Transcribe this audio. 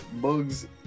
bugs